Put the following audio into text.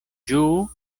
ĝuu